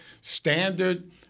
standard